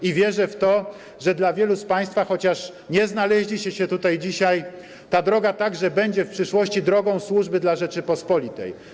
I wierzę w to, że dla wielu z Państwa, chociaż nie znaleźliście się tutaj dzisiaj, ta droga także będzie w przyszłości drogą służby dla Rzeczypospolitej.